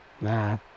Nah